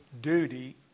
duty